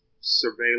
surveillance